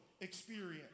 experience